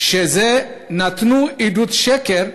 שנתנו עדות שקר,